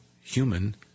human